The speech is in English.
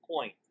point